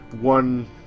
one